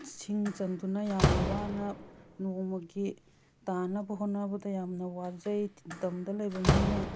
ꯁꯤꯡ ꯆꯟꯗꯨꯅ ꯌꯥꯝꯅ ꯋꯥꯅ ꯅꯣꯡꯃꯒꯤ ꯇꯥꯟꯅꯕ ꯍꯣꯠꯅꯕꯗ ꯌꯥꯝꯅ ꯋꯥꯖꯩ ꯇꯝꯗ ꯂꯩꯕ ꯃꯤꯅ